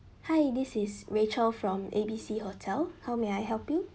hi this is rachel from A B C hotel how may I help you